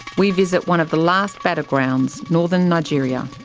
we visit one of the last battlegrounds, northern nigeria.